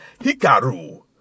Hikaru